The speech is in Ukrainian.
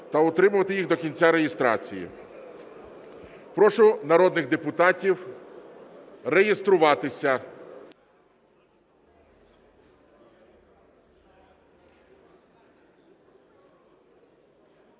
та утримувати її до кінця реєстрації. Прошу народних депутатів реєструватися.